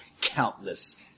countless